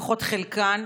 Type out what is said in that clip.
לפחות חלקן.